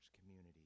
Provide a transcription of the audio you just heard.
community